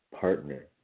partner